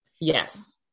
Yes